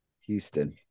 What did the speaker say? Houston